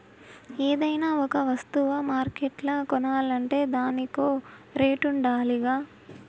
ఏదైనా ఒక వస్తువ మార్కెట్ల కొనాలంటే దానికో రేటుండాలిగా